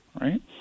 right